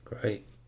Great